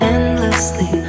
Endlessly